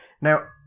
Now